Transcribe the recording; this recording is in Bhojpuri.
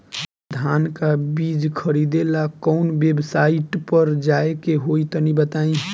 धान का बीज खरीदे ला काउन वेबसाइट पर जाए के होई तनि बताई?